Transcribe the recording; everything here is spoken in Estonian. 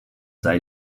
sai